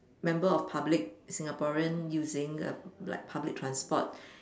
member of public Singaporean using a like public transport